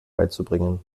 beizubringen